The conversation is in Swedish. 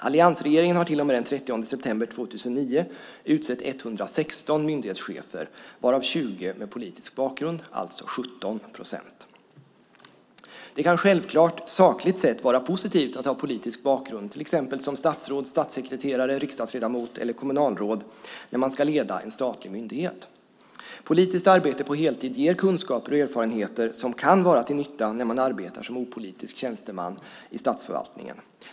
Alliansregeringen har till och med den 30 september 2009 utsett 116 myndighetschefer varav 20 med politisk bakgrund, alltså 17 procent. Det kan självklart sakligt sett vara positivt att ha politisk bakgrund till exempel som statsråd, statssekreterare, riksdagsledamot eller kommunalråd när man ska leda en statlig myndighet. Politiskt arbete på heltid ger kunskaper och erfarenheter som kan vara till nytta när man arbetar som opolitisk tjänsteman i statsförvaltningen.